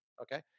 Okay